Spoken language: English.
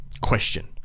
question